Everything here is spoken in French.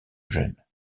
jeune